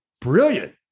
brilliant